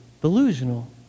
delusional